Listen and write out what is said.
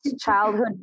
childhood